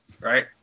Right